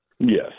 Yes